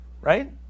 Right